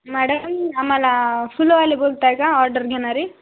madam आम्हाला फुलवाले बोलता आहे का ऑर्डर घेणारे